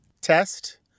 Test